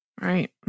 Right